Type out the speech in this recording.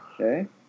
Okay